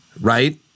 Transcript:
Right